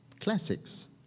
Classics